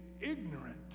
ignorant